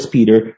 Peter